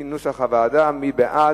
מי בעד?